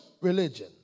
religion